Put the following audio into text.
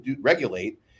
regulate